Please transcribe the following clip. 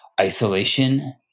isolation